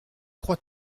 crois